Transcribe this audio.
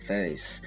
Face